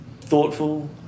thoughtful